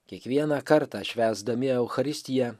kiekvieną kartą švęsdami eucharistiją